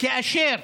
כאשר